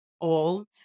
old